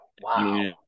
Wow